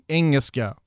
engelska